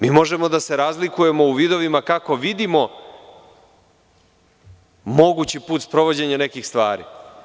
Mi možemo da se razlikujemo u vidovima kako vidimo mogući put sprovođenja nekih stvari.